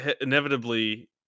inevitably